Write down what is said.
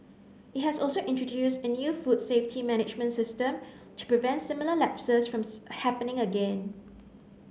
it has also introduced a new food safety management system to prevent similar lapses from happening again